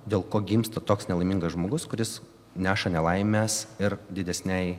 dėl ko gimsta toks nelaimingas žmogus kuris neša nelaimes ir didesnei